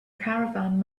caravan